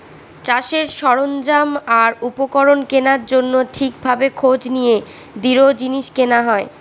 চাষের সরঞ্জাম আর উপকরণ কেনার জন্য ঠিক ভাবে খোঁজ নিয়ে দৃঢ় জিনিস কেনা হয়